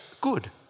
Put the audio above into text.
good